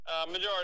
Majority